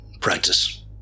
Practice